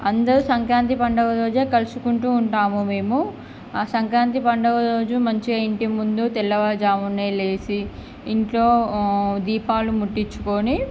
అందరు సంక్రాంతి పండుగ రోజే కలుసుకుంటూ ఉంటాము మేము ఆ సంక్రాంతి పండుగ రోజు మంచిగ ఇంటి ముందు తెల్లవారుజామునే లేచి ఇంట్లో దీపాలు ముట్టించుకొని